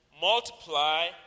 multiply